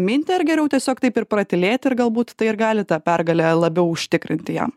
mintį ar geriau tiesiog taip ir pratylėti ir galbūt tai ir gali tą pergalę labiau užtikrinti jam